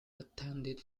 attended